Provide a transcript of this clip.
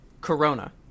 Corona